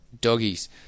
Doggies